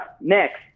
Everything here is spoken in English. Next